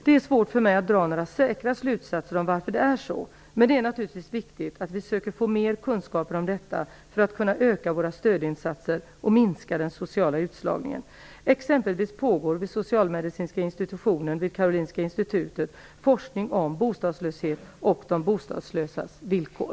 Det är svårt för mig att dra några säkra slutsatser om varför det är så. Men det är naturligtvis viktigt att vi söker få mer kunskaper om detta för att kunna öka våra stödinsatser och minska den sociala utslagningen. Exempelvis pågår vid Socialmedicinska institutionen vid Karolinska institutet forskning om bostadslöshet och de bostadslösas villkor.